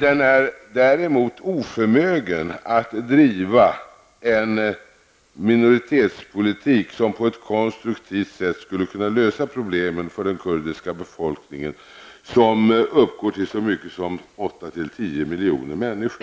Den är däremot oförmögen att bedriva en minoritetspolitik som på ett konstruktivt sätt skulle kunna lösa problemen för den kurdiska befolkningen, som uppgår till så mycket som 8--10